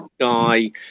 Guy